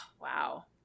Wow